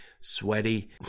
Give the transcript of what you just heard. sweaty